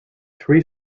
three